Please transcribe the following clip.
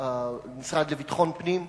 והמשרד לביטחון פנים,